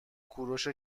کوروش